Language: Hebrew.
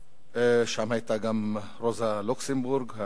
שם היתה גם רוזה לוקסמבורג,